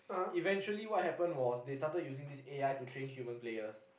eventually what happen was they started using this A_I to train human players